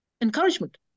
encouragement